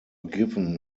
given